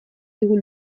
digu